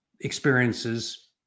experiences